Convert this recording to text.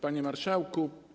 Panie Marszałku!